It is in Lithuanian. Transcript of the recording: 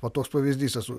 va toks pavyzdys esu